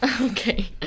Okay